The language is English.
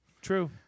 True